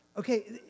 Okay